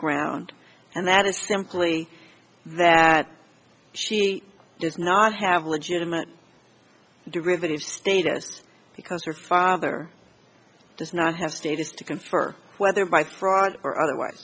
ground and that is simply that she does not have a legitimate derivative status because her father does not have status to confirm whether by fraud or otherwise